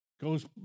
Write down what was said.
goes